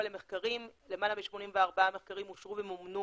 למחקרים, למעלה מ-84 מחקרים אושרו ומומנו